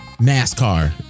NASCAR